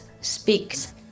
speaks